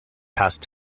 past